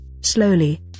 Slowly